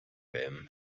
him